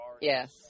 Yes